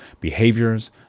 behaviors